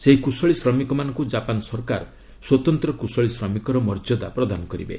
ସେହି କୁଶଳୀ ଶ୍ରମିକମାନଙ୍କୁ କାପାନ୍ ସରକାର ସ୍ୱତନ୍ତ୍ର କୁଶଳୀ ଶ୍ରମିକର ମର୍ଯ୍ୟାଦା ପ୍ରଦାନ କରିବେ